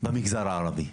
במגזר הערבי?